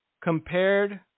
compared